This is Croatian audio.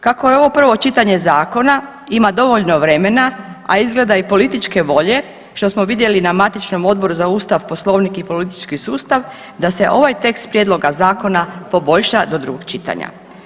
Kako je ovo prvo čitanje zakona ima dovoljno vremena, a izgleda i političke volje što smo vidjeli na matičnom Odboru za Ustav, Poslovnik i politički sustav da se ovaj tekst prijedloga zakona poboljša do drugog čitanja.